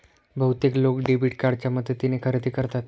बहुतेक लोक डेबिट कार्डच्या मदतीने खरेदी करतात